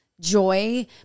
joy